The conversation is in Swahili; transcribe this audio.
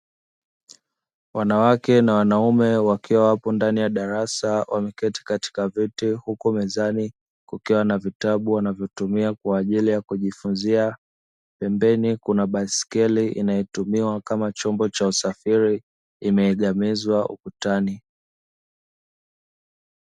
Wanawake na wanaume wakiwa wapo ndani ya darasa wameketi katika viti huku mezani kukiwa na vitabu wanavyotumia kwa ajili ya kujifunzia, huku pembeni kuna baiskeli inayotumiwa kama chombo cha usafiri imeegemezwa ukutani.